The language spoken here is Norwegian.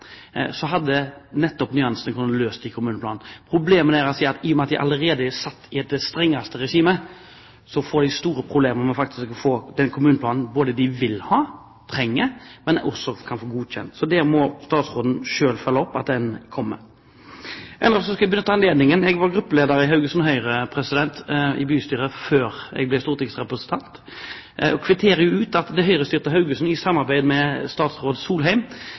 løst i kommuneplanen. I og med at de allerede er plassert i det strengeste regimet, så får de store problemer med å få den kommuneplanen de vil ha, som de trenger – men som de også kan få godkjent. Statsråden må selv følge opp at den kommer. Jeg var gruppeleder for Høyre i bystyret i Haugesund før jeg ble stortingsrepresentant, og kvitterer ut at det høyrestyrte Haugesund, i samarbeid med statsråd Solheim,